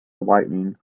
whiting